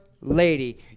lady